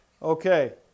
Okay